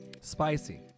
spicy